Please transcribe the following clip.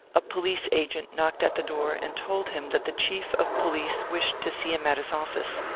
a police agent knocked at the door and told him that the chief of police wished to see him at his office.